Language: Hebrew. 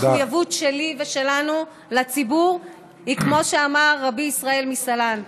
המחויבות שלי ושלנו לציבור היא כמו שאמר רבי ישראל מסלנט: